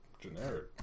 generic